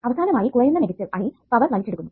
അവസാനമായി കുറയുന്ന negative I power വലിച്ചെടുക്കുന്നു